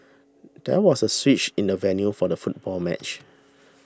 there was a switch in the venue for the football match